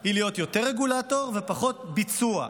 הוא להיות יותר רגולטור ופחות ביצוע.